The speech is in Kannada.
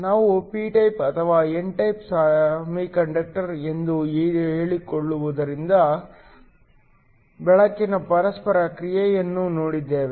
ನಾವು ಪಿ ಟೈಪ್ ಅಥವಾ ಎನ್ ಟೈಪ್ ಸೆಮಿಕಂಡಕ್ಟರ್ ಎಂದು ಹೇಳುವುದರೊಂದಿಗೆ ಬೆಳಕಿನ ಪರಸ್ಪರ ಕ್ರಿಯೆಯನ್ನು ನೋಡಿದ್ದೇವೆ